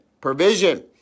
Provision